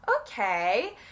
okay